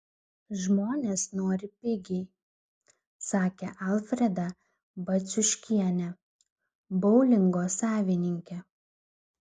žmonės nori pigiai sakė alfreda baciuškienė boulingo savininkė